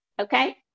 okay